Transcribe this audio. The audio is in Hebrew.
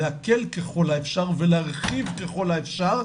להקל ככול האפשר ולהרחיב ככל האפשר,